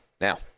now